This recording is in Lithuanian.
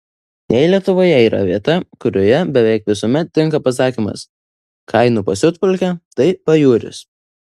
jei lietuvoje yra vieta kurioje beveik visuomet tinka pasakymas kainų pasiutpolkė tai pajūris